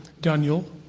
Daniel